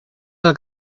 del